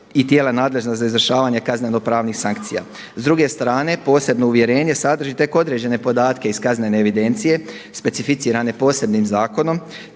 i tijela nadležna za izvršavanje kazneno-pravnih sankcija. S druge strane posebno uvjerenje sadrži tek određene podatke iz kaznene evidencije specificirane posebnim zakonom,